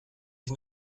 ich